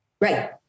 Right